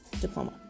diploma